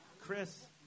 Chris